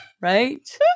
Right